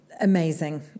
amazing